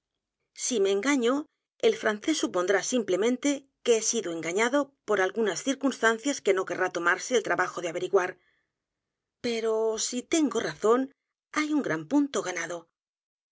si me engaño el francés supondrá simplemente que he sido engañado por algunas circunstancias que no querrá t o marse el trabajo de averiguar pero si tengo razón hay un g r a n punto g